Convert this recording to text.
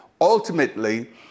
Ultimately